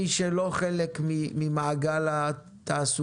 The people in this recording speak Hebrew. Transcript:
מי שלא חלק ממעגל התעסוקה,